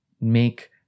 make